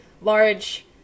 large